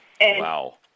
Wow